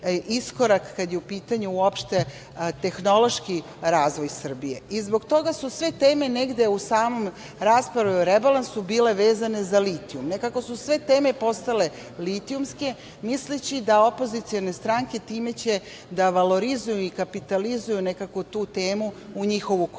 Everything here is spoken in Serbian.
iskorak kada je u pitanju uopšte tehnološki razvoj Srbije. Zbog toga su sve teme negde u raspravi o rebalansu bile vezane za litijum. Nekako su sve teme postale litijumske, misleći da opozicione stranke time će da valorizuju i kapitalizuju nekako tu temu u njihovu korist. Mislim